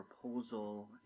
proposal